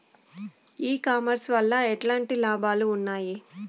ఈ కామర్స్ వల్ల ఎట్లాంటి లాభాలు ఉన్నాయి?